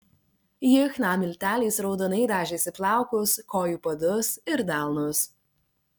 ji chna milteliais raudonai dažėsi plaukus kojų padus ir delnus